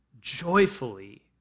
joyfully